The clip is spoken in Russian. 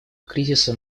кризиса